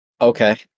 Okay